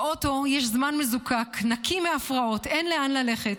"באוטו יש זמן מזוקק, נקי מהפרעות, אין לאן ללכת.